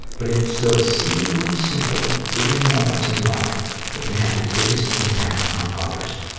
but it's those seemingly, simple, giving moments in life that can have the biggest impact on others.